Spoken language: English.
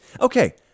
Okay